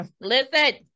listen